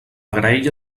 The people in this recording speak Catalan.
graella